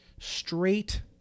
Straight